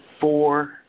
four